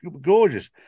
gorgeous